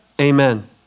amen